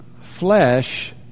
flesh